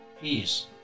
peace